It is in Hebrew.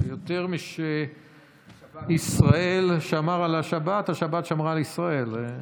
יותר משישראל שמר על השבת, השבת שמרה על ישראל.